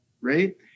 right